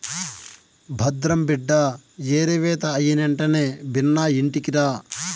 భద్రం బిడ్డా ఏరివేత అయినెంటనే బిన్నా ఇంటికిరా